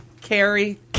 Carrie